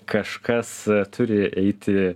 kažkas turi eiti